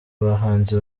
bahanzi